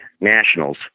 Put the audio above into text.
nationals